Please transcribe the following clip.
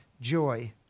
Joy